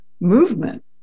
movement